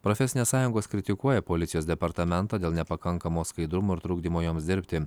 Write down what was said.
profesinės sąjungos kritikuoja policijos departamentą dėl nepakankamo skaidrumo ir trukdymo joms dirbti